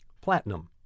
platinum